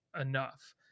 enough